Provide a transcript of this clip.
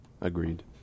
Agreed